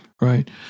right